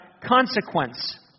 consequence